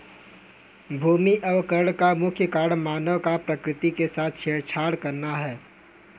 भूमि अवकरण का मुख्य कारण मानव का प्रकृति के साथ छेड़छाड़ करना है